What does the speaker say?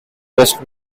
west